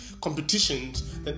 competitions